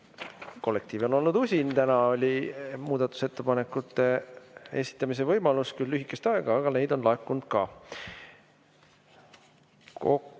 kollektiiv on olnud usin, täna oli muudatusettepanekute esitamise võimalus küll lühikest aega, aga neid on laekunud,